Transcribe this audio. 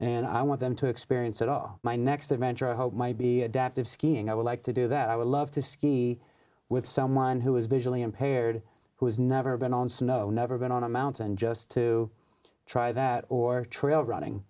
and i want them to experience it all my next adventure i hope might be adaptive skiing i would like to do that i would love to ski with someone who is visually impaired who has never been on snow never been on a mountain just to try that or trail running